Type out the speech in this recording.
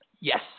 Yes